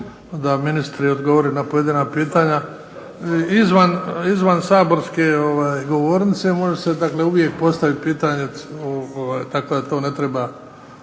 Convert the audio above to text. da ministri odgovore na pojedina pitanja izvan saborske govornice, može se dakle uvijek postaviti pitanje tako da to ne treba